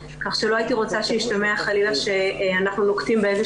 כך שלא הייתי רוצה שישתמע חלילה שאנחנו נוקטים באיזו